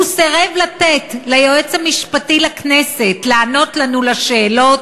הוא סירב לתת ליועץ המשפטי לכנסת לענות לנו על שאלות